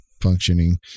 functioning